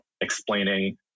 explaining